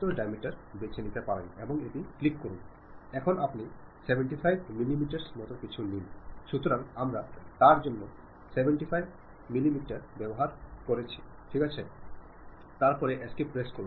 ഒരു രേഖാമൂലമുള്ള ആശയവിനിമയമാകുമ്പോൾ ചിലപ്പോൾ ഇത് വലിയ ബുദ്ധിമുട്ട് സൃഷ്ടിക്കുന്നു കാരണം വാക്കാലുള്ള ആശയവിനിമയത്തിൽ നിങ്ങൾക്ക് വ്യക്തത തേടാം പക്ഷേ രേഖാമൂലം അത് സാധ്യമല്ല